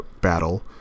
battle